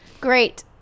Great